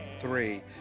three